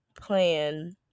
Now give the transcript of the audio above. plan